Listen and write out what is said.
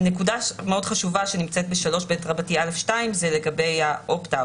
נקודה מאוד חשובה שנמצאת ב-3ב(א)(2) זה לגבי ה-Opt-out